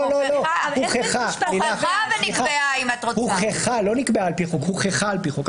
לא נקבעה על פי חוק אלא הוכחה על פי חוק.